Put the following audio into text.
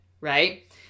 right